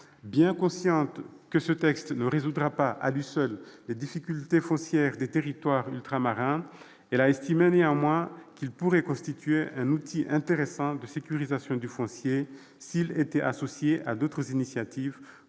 Bien consciente que ce texte ne résoudra pas, à lui seul, les difficultés foncières des territoires ultramarins, la commission a néanmoins estimé qu'il pourrait constituer un outil intéressant de sécurisation du foncier s'il était associé à d'autres initiatives, comme